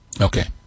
Okay